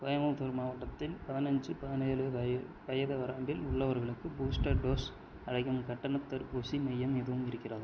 கோயம்புத்தூர் மாவட்டத்தில் பதினைஞ்சி பதினேழு வயது வரம்பில் உள்ளவர்களுக்கு பூஸ்டர் டோஸ் அளிக்கும் கட்டண தடுப்பூசி மையம் எதுவும் இருக்கிறதா